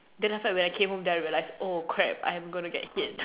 then after that when I came home then I realized oh crap I'm gonna get hit